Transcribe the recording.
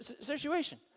situation